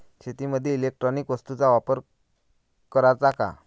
शेतीमंदी इलेक्ट्रॉनिक वस्तूचा वापर कराचा का?